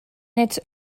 its